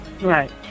Right